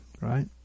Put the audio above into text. right